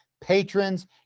patrons